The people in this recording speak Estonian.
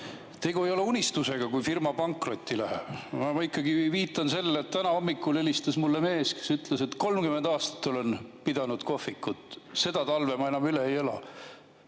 tegu ei ole unistusega, kui firma pankrotti läheb. Ma viitan sellele, et täna hommikul helistas mulle mees, kes ütles, et 30 aastat on ta pidanud kohvikut, aga seda talve enam üle ei ela.